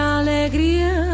alegria